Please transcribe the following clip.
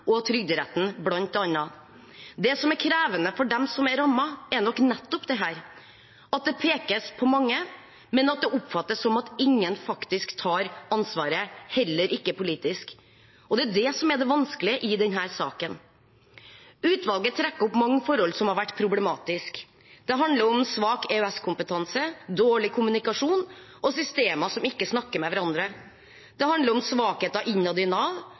og Trygderetten. Det som er krevende for dem som er rammet, er nok nettopp dette: At det pekes på mange, men at det oppfattes som at ingen faktisk tar ansvaret, heller ikke politisk. Det er det som er det vanskelige i denne saken. Utvalget trekker opp mange forhold som har vært problematiske. Det handler om svak EØS-kompetanse, dårlig kommunikasjon og systemer som ikke snakker med hverandre. Det handler om svakheter